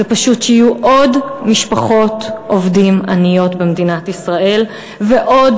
שפשוט יהיו עוד משפחות עובדים עניות במדינת ישראל ועוד